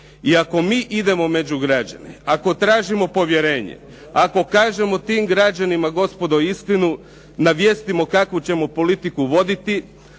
I ako mi idemo među građane, ako tražimo povjerenje, ako kažemo tim građanima gospodo istinu, navijestimo kakvu ćemo politiku voditi